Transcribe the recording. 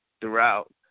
throughout